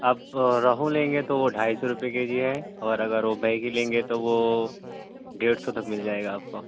آپ روہو لیں گے تو وہ ڈھائی سو روپے کے جی ہے اور اگر وہ بیکھی لیں گے تو وہ ڈیڑھ سو تک مل جائے گا آپ کو